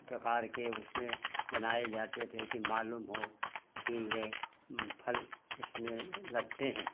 प्रकार के उसमें बनाए जाते थे कि मालूम हो कि ये फल इसमें लगते हैं